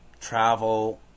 travel